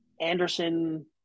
Anderson